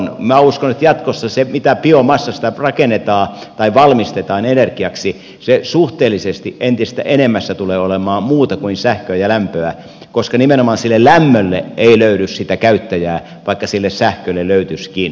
minä uskon että jatkossa se mitä biomassasta rakennetaan tai valmistetaan energiaksi suhteellisesti entistä enemmässä tulee olemaan muuta kuin sähköä ja lämpöä koska nimenomaan sille lämmölle ei löydy sitä käyttäjää vaikka sille sähkölle löytyisikin